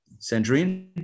Sandrine